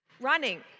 running